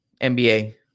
NBA